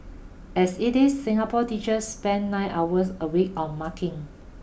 as it is Singapore teachers spend nine hours a week on marking